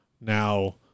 now